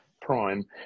prime